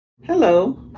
Hello